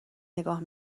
نگاه